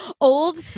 old